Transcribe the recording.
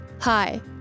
Hi